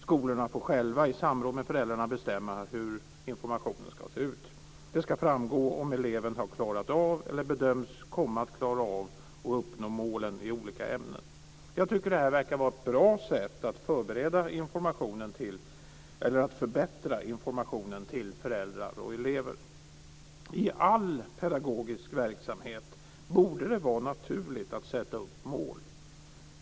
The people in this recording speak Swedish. Skolorna får själva i samråd med föräldrarna bestämma hur informationen ska se ut. Det ska framgå om eleven har klarat av eller bedöms komma att klara av att uppnå målen i olika ämnen. Jag tycker att detta verkar vara ett bra sätt att förbättra informationen till föräldrar och elever. I all pedagogisk verksamhet borde det vara naturligt att sätta upp mål.